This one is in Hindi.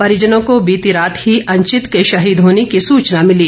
परिजनों को बीती रात ही अंचित के शहीद होने की सूचना मिली